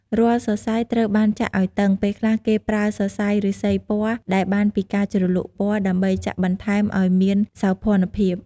រាល់សរសៃត្រូវបានចាក់ឲ្យតឹង ពេលខ្លះគេប្រើសរសៃឬស្សីពណ៌ ដែលបានពីការជ្រលក់ពណ៌ ដើម្បីចាក់បន្ថែមអោយមានសោភ័ណភាព។